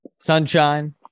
Sunshine